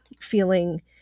feeling